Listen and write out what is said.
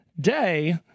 day